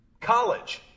college